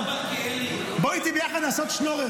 בוא איתי לעשות שנור.